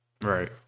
Right